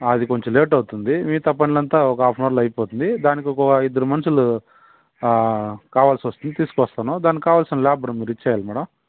అది కొంచెం లేట్ అవుతుంది మిగతా పనులంతా ఒక హాఫ ఆన్ అవర్లో అయిపోతుంది దానికి ఒక ఇద్దరు మనుషులు కావలసి వస్తుంది తీసుకొస్తాను దానికి కావలసిన లేబర్ మీరు ఇయాలి మేడం